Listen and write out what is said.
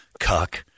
cuck